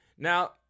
Now